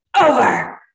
over